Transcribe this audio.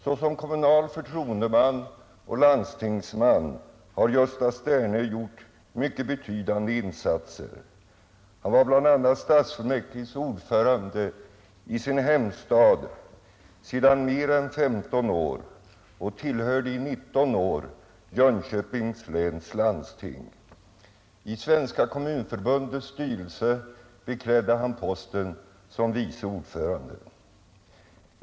Såsom kommunal förtroendeman och landstingsman har Gösta Sterne gjort mycket betydande insatser. Han var bland annat stadsfullmäktiges ordförande i sin hemstad sedan mer än 15 år och tillhörde i 19 år Jönköpings läns landsting. I Svenska kommunförbundets styrelse beklädde han posten som vice ordförande.